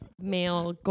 male